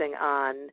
on